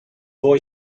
boy